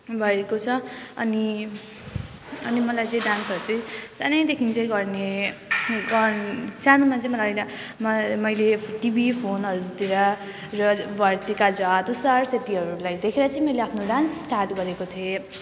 भएको छ अनि मलाई चाहिँ डान्सहरू चाहिँ सानैदेखि चाहिँ गर्ने गर् सानोमा चाहिँ मलाई होइन म मैले टिभी फोनहरू हरूतिर हरूलाई देखेर चाहिँ मैले आफ्नो डान्स स्टार्ट गरेको थिएँ